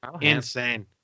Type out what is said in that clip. Insane